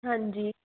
ਹਾਂਜੀ